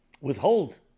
withhold